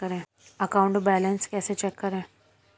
Account balance कैसे check करें?